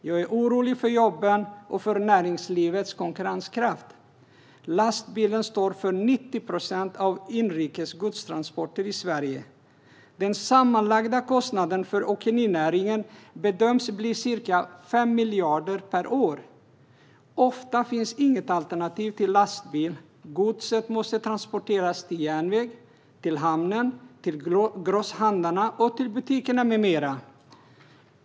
Jag blir orolig för jobben och för näringslivets konkurrenskraft. Lastbilarna står för 90 procent av Sveriges godstransporter inrikes. Den sammanlagda kostnaden för åkerinäringen bedöms bli ca 5 miljarder per år. Ofta finns det inget alternativ till lastbil. Godset måste transporteras till järnvägen, till hamnen, till grosshandlarna, till butikerna med mera.